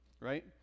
right